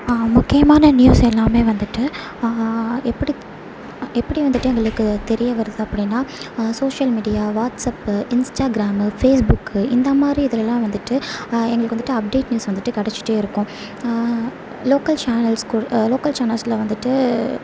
முக்கியமான நியூஸ் எல்லாமே வந்துவிட்டு எப்படி எப்படி வந்துவிட்டு எங்களுக்கு தெரிய வருது அப்படின்னா social media WhatsApp Instagram Facebook இந்தமாதிரி இதுலே எல்லாம் வந்துவிட்டு எங்களுக்கு வந்துவிட்டு அப்டேட் நியூஸ் வந்துகிட்டு கிடச்சிட்டே இருக்கும் லோக்கல் சேனல்ஸ்க்கு லோக்கல் சேனல்ஸில் வந்துவிட்டு